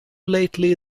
lately